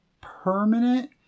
permanent